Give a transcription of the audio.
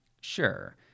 sure